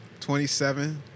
27